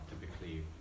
typically